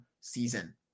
season